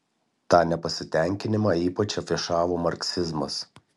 tą nepasitenkinimą ypač afišavo marksizmas